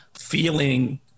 feeling –